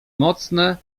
mocne